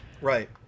Right